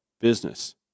Business